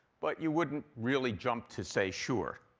but you wouldn't really jump to say, sure.